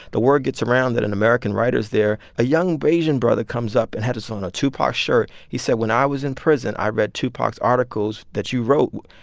the word gets around that an american writer is there. a young but asian brother comes up and had so on a tupac shirt. he said, when i was in prison, i read tupac's articles that you wrote,